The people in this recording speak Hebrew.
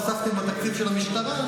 הוספתם לתקציב של המשטרה?